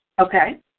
Okay